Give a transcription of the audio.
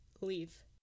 Leave